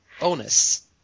Bonus